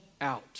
out